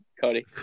Cody